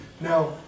now